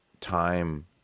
time